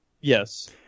Yes